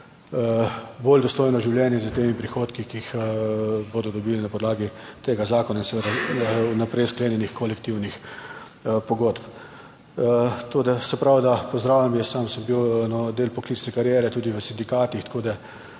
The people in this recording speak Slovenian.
bolj dostojno življenje s temi prihodki, ki jih bodo dobili na podlagi tega zakona in seveda vnaprej sklenjenih kolektivnih pogodb. Tako da, se pravi, da pozdravljam. Jaz sam sem bil del poklicne kariere tudi v sindikatih, tako da